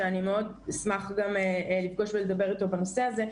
שאני מאוד אשמח גם לפגוש ולדבר איתו בנושא הזה,